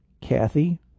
Kathy